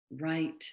right